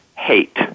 hate